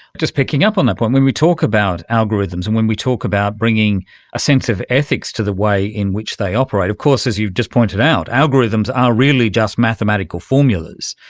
just picking up on that point, when we talk about algorithms and when we talk about bringing a sense of ethics to the way in which they operate, of course as you've just pointed out, algorithms are really just mathematical formulas.